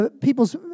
people's